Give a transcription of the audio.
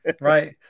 Right